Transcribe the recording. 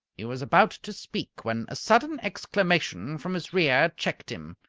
he was about to speak, when a sudden exclamation from his rear checked him.